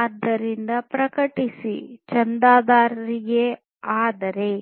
ಆದ್ದರಿಂದ ಪ್ರಕಟಿಸಿ ಚಂದಾದಾರರಾಗಿ ಆದರೆ